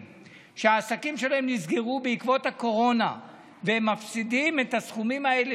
שהעסקים שלהם נסגרו בעקבות הקורונה והם מפסידים את הסכומים האלה,